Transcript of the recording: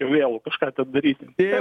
vėlu kažką ten daryti